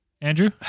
Andrew